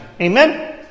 Amen